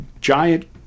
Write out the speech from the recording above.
giant